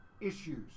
issues